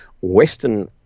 Western